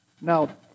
Now